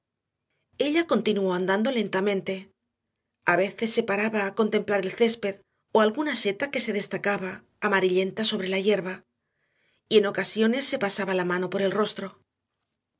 ella continuó andando lentamente a veces se paraba a contemplar el césped o alguna seta que se destacaba amarillenta entre la hierba y en ocasiones se pasaba la mano por el rostro